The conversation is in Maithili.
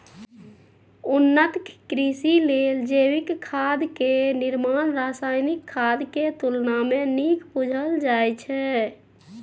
उन्नत कृषि लेल जैविक खाद के निर्माण रासायनिक खाद के तुलना में नीक बुझल जाइ छइ